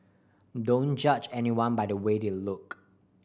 don't judge anyone by the way they look